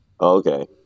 Okay